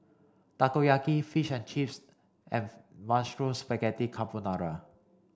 Takoyaki Fish and Chips and Mushroom Spaghetti Carbonara